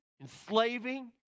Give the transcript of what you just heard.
enslaving